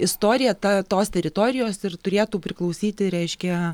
istorija ta tos teritorijos ir turėtų priklausyti reiškia